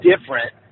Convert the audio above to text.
different